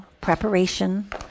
preparation